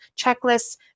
checklists